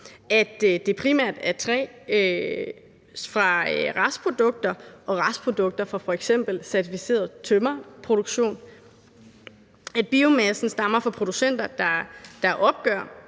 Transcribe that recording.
at det primært er træ fra restprodukter, restprodukter fra f.eks. certificeret tømmerproduktion; at biomassen stammer fra producenter, der opgør